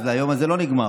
אז היום הזה לא נגמר,